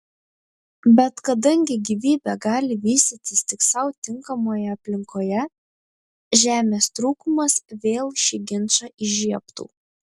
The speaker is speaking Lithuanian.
bet kadangi gyvybė gali vystytis tik sau tinkamoje aplinkoje žemės trūkumas vėl šį ginčą įžiebtų